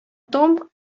том